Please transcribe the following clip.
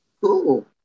Cool